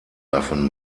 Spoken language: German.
davon